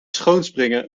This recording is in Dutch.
schoonspringen